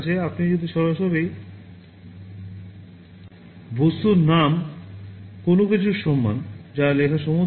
আপনি যদি সরাসরি বস্তুর নাম কোনও কিছুর সমান যা লেখার সমতুল্য